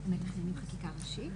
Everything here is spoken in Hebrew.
--- הם מתכננים חקיקה ראשית?